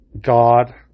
God